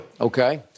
Okay